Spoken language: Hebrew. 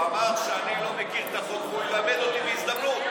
הוא אמר שאני לא מכיר את החוק ושהוא ילמד אותי בהזדמנות.